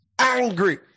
Angry